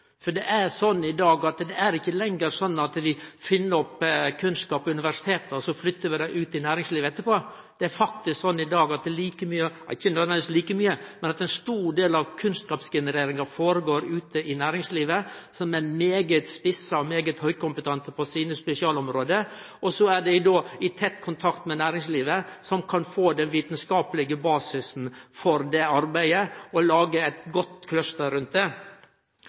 For i dag er det ikkje lenger sånn at vi finn opp kunnskap på universiteta og så flytter han ut i næringslivet etterpå. Det er faktisk sånn i dag at ein stor del av kunnskapsgenereringa går føre seg ute i næringslivet, som er svært spissa og svært høgkompetent på sine spesialområde. Så er dei i tett kontakt med næringslivet, som kan få den vitskapelege basisen for det arbeidet og lage eit godt cluster rundt det.